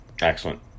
excellent